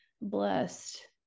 blessed